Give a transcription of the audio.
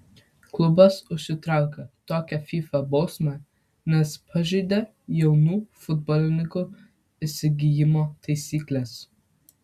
klubas užsitraukė tokią fifa bausmę nes pažeidė jaunų futbolininkų įsigijimo taisykles